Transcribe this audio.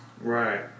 Right